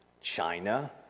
China